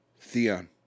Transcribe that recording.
Theon